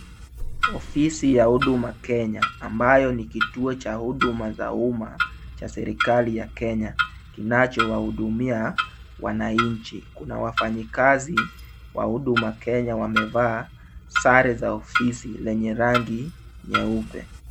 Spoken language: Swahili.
Ofisi ya Huduma Kenya ambayo ni kituo cha huduma za umma cha serikali ya Kenya, kinachowahudumia wananchi. Kuna wafanyikazi wa Huduma Kenya, wamevaa sare za ofisi lenye rangi nyeupe.